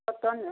କଟନ୍ର